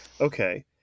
Okay